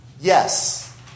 Yes